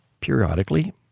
periodically